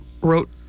wrote